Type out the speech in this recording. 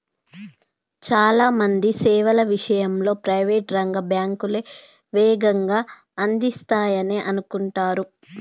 చాలా మంది సేవల విషయంలో ప్రైవేట్ రంగ బ్యాంకులే వేగంగా అందిస్తాయనే అనుకుంటరు